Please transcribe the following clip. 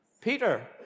Peter